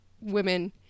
women